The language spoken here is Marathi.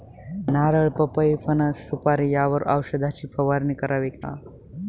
नारळ, पपई, फणस, सुपारी यावर औषधाची फवारणी करावी का?